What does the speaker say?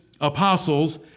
apostles